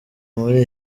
muri